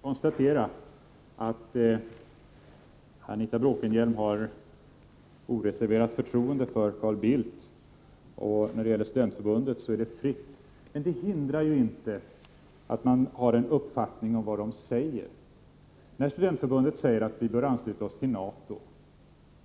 Herr talman! Låt mig konstatera att Anita Bråkenhielm har oreserverat förtroende för Carl Bildt, och när det gäller Moderata studenförbundet så säger hon att det är ett fritt studentförbund. Men det hindrar ju inte att man har en uppfattning om vad som sägs från det hållet. När Moderata studentförbundet säger att vi bör ansluta oss till NATO,